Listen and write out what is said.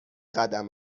قدم